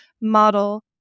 model